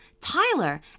Tyler